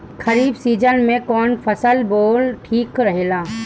खरीफ़ season में कौन फसल बोअल ठिक रहेला ह?